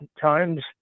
times